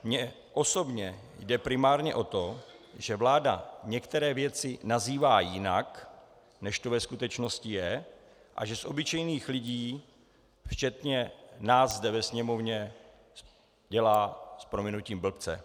Mně osobně jde primárně o to, že vláda některé věci nazývá jinak, než to ve skutečnosti je, a že z obyčejných lidí včetně nás zde ve Sněmovně dělá s prominutím blbce.